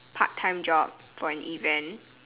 part time job for an event